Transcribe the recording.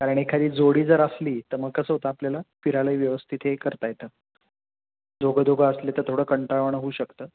कारण एखादी जोडी जर असली तर मग कसं होतं आपल्याला फिरायलाही व्यवस्थित हे करता येतं दोघं दोघं असले तर थोडं कंटाळवाणं होऊ शकतं